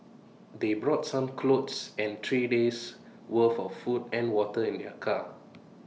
they brought some clothes and three days' worth of food and water in their car